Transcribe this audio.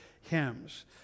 hymns